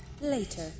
Later